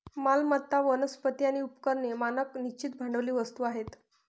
मालमत्ता, वनस्पती आणि उपकरणे मानक निश्चित भांडवली वस्तू आहेत